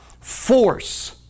force